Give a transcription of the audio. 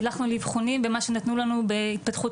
והלכנו לאבחונים ומה שנתנו לנו בהתפתחות